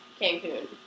Cancun